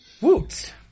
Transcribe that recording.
Woot